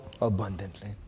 abundantly